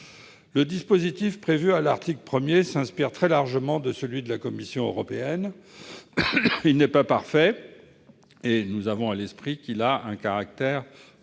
Le dispositif prévu à l'article 1 s'inspire très largement de celui de la Commission européenne. Il n'est pas parfait, et nous avons à l'esprit qu'il a un caractère